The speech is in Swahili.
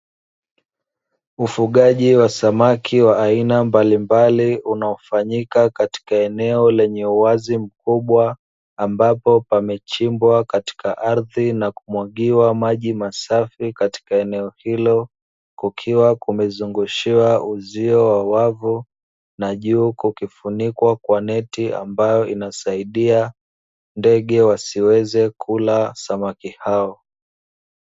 Ufugaji wa samaki wa aina mbalimbali, unaofanyika katika eneo lenye uwazi mkubwa, ambapo pamechimbwa katika ardhi na kumwagiwa maji masafi katika eneo hilo. Kukiwa kumezungushiwa uzio wa wavu na juu kukifunikwa kwa neti ambayo inasaidia ndege wasiweze kula samaki hao.